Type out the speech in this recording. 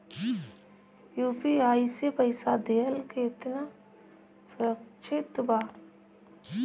UPI से पईसा देहल केतना सुरक्षित बा?